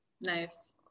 Nice